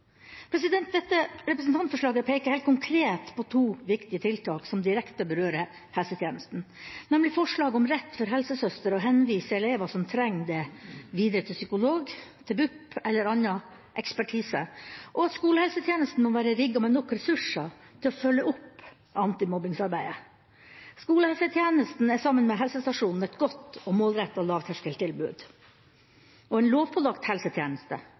Dette representantforslaget peker helt konkret på to viktige tiltak som direkte berører helsetjenesten, nemlig forslaget om rett for helsesøster til å henvise elever som trenger det, videre til psykolog, BUP, altså barne- og ungdomspsykiatrisk poliklinikk, eller annen ekspertise, og at skolehelsetjenesten må være rigget med nok ressurser til å følge opp antimobbingsarbeidet. Skolehelsetjenesten er sammen med helsestasjonene et godt og målrettet lavterskeltilbud og en lovpålagt helsetjeneste